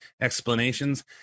explanations